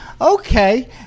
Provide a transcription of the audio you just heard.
okay